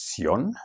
acción